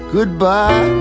Goodbye